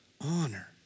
Honor